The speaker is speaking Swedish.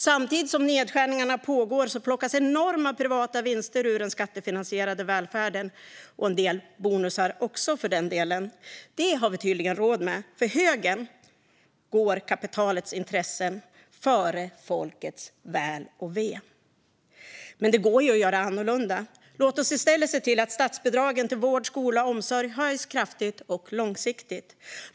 Samtidigt som nedskärningarna pågår plockas enorma privata vinster ur den skattefinansierade välfärden - och en del bonusar också. Det har vi tydligen råd med. För högern går kapitalets intressen före folkets väl och ve. Men det går att göra annorlunda. Låt oss i stället se till att statsbidragen till vård, skola och omsorg höjs kraftigt och långsiktigt!